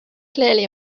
clearly